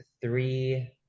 three